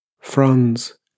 Franz